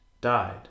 died